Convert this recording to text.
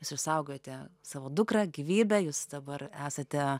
jūs išsaugojote savo dukrą gyvybę jūs dabar esate